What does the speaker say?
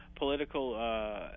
political